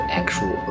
actual